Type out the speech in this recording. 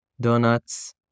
donuts